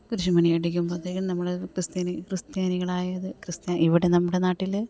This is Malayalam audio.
കുരിശ് മണിയടിക്കുമ്പോഴത്തേക്കും നമ്മൾ ക്രിസ്ത്യാനി ക്രിസ്ത്യാനികളായത് ക്രിസ്ത്യാ ഇവിടെ നമ്മുടെ നാട്ടിൽ